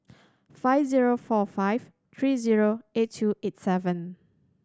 five zero four five three zero eight two eight seven